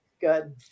Good